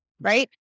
right